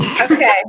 Okay